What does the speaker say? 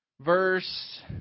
verse